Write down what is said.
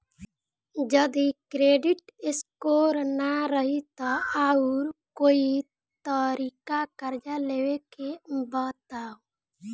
जदि credit score ना रही त आऊर कोई तरीका कर्जा लेवे के बताव?